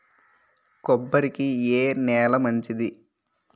కొబ్బరి కి ఏ నేల మంచిది?